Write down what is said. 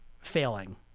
failing